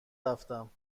رفتم